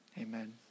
Amen